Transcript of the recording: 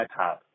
iPad